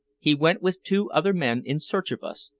he went with two other men in search of us,